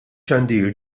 xandir